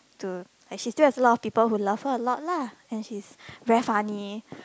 to and she still have a lot of people who love her a lot ah and she's very funny